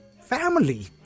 family